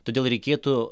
todėl reikėtų